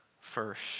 first